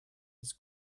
his